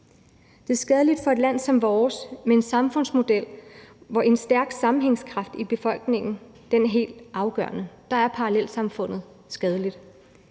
med hinanden. For et land som vores med en samfundsmodel, hvor en stærk sammenhængskraft i befolkningen er helt afgørende, er parallelsamfundet skadeligt.